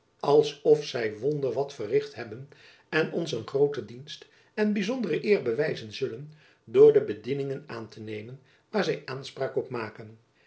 als of zy wonder wat verricht hebben en ons een groote dienst en byzondere eer bewijzen zullen door de bedieningen aan te nemen waar zy aanspraak op maken